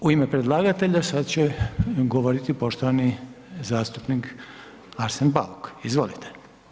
U ime predlagatelja, sad će govoriti poštovani zastupnik Arsen Bauk, izvolite.